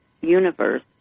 universe